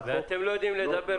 אתם לא יודעים לדבר,